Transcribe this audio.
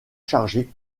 chargé